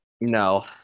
No